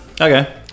Okay